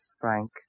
Frank